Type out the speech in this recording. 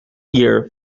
year